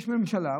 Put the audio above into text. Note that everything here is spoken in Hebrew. יש ממשלה,